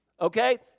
okay